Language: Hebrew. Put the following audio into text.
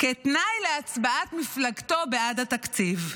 כתנאי להצבעת מפלגתו בעד התקציב.